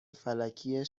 فلکی